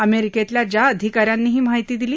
अमेरिकेतल्या ज्या आधिकाऱ्यांनी ही माहिती दिली